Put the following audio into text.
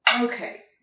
Okay